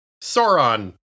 Sauron